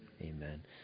Amen